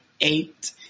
eight